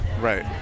right